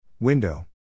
Window